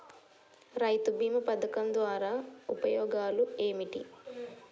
రైతు బీమా పథకం ద్వారా ఉపయోగాలు ఏమిటి?